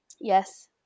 yes